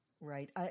Right